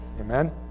Amen